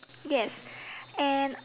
yes and